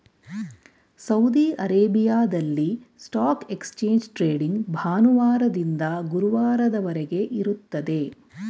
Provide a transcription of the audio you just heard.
Saudi ಅರೇಬಿಯಾದಲ್ಲಿ stock exchange trading ಭಾನುವಾರದಿಂದ ಗುರುವಾರದವರೆಗೆ ಇರುತ್ತದೆ